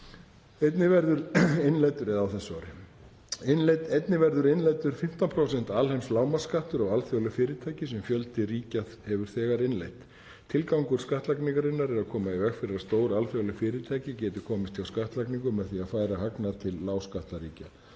á rafmagnsbíla á þessu ári. Einnig verður innleiddur 15% alheimslágmarksskattur á alþjóðleg fyrirtæki sem fjöldi ríkja hefur þegar innleitt. Tilgangur skattlagningarinnar er að koma í veg fyrir að stór alþjóðleg fyrirtæki geti komist hjá skattlagningu með því að færa hagnað til lágskattaríkja.